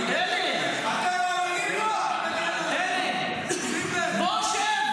תראה, אלי, אלי, בוא, שב.